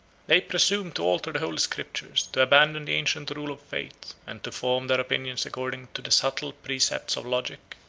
they presume to alter the holy scriptures, to abandon the ancient rule of faith, and to form their opinions according to the subtile precepts of logic.